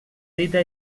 dita